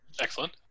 Excellent